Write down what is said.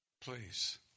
Please